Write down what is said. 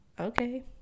Okay